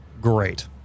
great